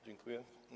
Dziękuję.